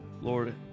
Lord